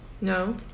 No